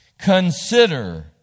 Consider